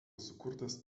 sukurtas